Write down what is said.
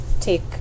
take